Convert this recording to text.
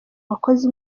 wakoze